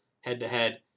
head-to-head